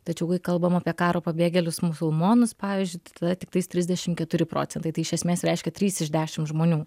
tačiau kai kalbam apie karo pabėgėlius musulmonus pavyzdžiui tai tada tiktais trisdešim keturi procentai tai iš esmės reiškia trys iš dešim žmonių